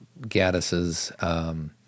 Gaddis's